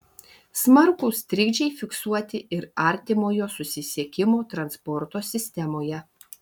smarkūs trikdžiai fiksuoti ir artimojo susisiekimo transporto sistemoje